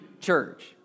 church